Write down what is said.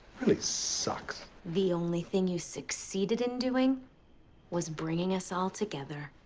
really sucks. the only thing you succeeded in doing was bringing us all together